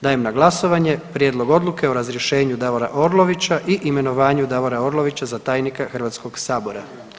Dajem na glasovanje Prijedlog Odluke o razrješenju Davora Orlovića i imenovanju Davora Orlovića za tajnika Hrvatskog sabora.